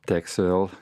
teks vėl